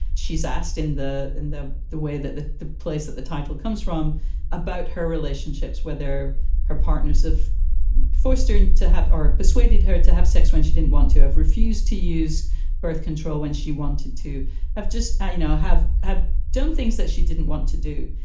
she's asked in the in the the way that the the place that the title comes from about her relationships, whether her partners have for students to have or persuaded her to have sex when she didn't want to have refused to use birth control, when she wanted to have just, you know, have have done things that she didn't want to do.